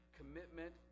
commitment